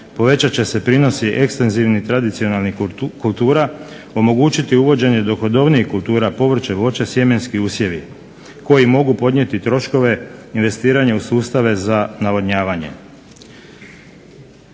povećat se prinosi ekstenzivnih tradicionalnih kultura, omogućiti uvođenje …/Govornik se ne razumije./… kultura povrće, voće, sjemenski usjevi koji mogu podnijeti troškove investiranja u sustave za navodnjavanje.